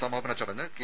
സമാപന ചടങ്ങ് കെ